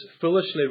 foolishly